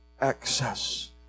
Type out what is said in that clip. access